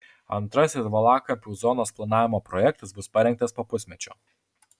antrasis valakampių zonos planavimo projektas bus parengtas po pusmečio